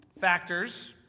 factors